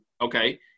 Okay